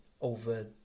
over